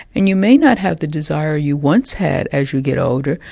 and you may not have the desire you once had as you get older,